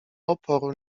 oporu